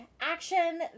action